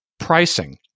Pricing